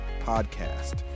podcast